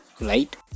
right